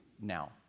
now